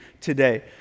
today